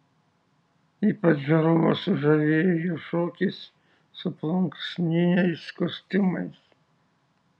ypač žiūrovus sužavėjo jų šokis su plunksniniais kostiumais